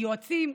יועצים,